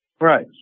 Right